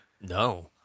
No